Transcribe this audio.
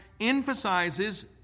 emphasizes